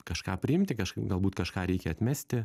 kažką priimti kažkaip galbūt kažką reikia atmesti